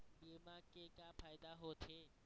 बीमा के का फायदा होते?